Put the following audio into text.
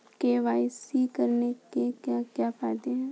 KYC करने के क्या क्या फायदे हैं?